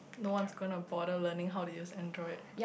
no one is gonna bother learning how to use Android